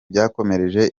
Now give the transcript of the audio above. byakomereje